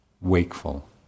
wakeful